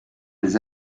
les